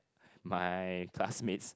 my classmates